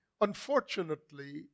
Unfortunately